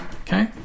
okay